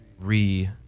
re